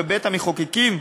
בבית-המחוקקים,